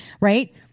right